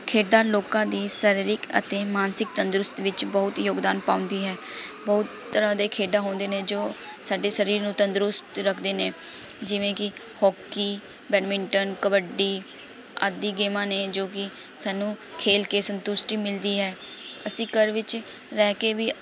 ਖੇਡਾਂ ਲੋਕਾਂ ਦੀ ਸਰੀਰਿਕ ਅਤੇ ਮਾਨਸਿਕ ਤੰਦਰੁਸਤ ਵਿੱਚ ਬਹੁਤ ਯੋਗਦਾਨ ਪਾਉਂਦੀ ਹੈ ਬਹੁਤ ਤਰ੍ਹਾਂ ਦੇ ਖੇਡ ਹੁੰਦੇ ਨੇ ਜੋ ਸਾਡੇ ਸਰੀਰ ਨੂੰ ਤੰਦਰੁਸਤ ਰੱਖਦੇ ਨੇ ਜਿਵੇਂ ਕਿ ਹੋਕੀ ਬੈਡਮਿੰਟਨ ਕਬੱਡੀ ਆਦਿ ਗੇਮਾਂ ਨੇ ਜੋ ਕਿ ਸਾਨੂੰ ਖੇਲ ਕੇ ਸੰਤੁਸ਼ਟੀ ਮਿਲਦੀ ਹੈ ਅਸੀਂ ਘਰ ਵਿੱਚ ਰਹਿ ਕੇ ਵੀ